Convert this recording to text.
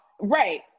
Right